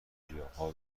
گیاها